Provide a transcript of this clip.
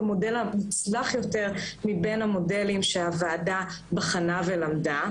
המוצלח יותר מבין המודלים שהוועדה בחנה ולמדה.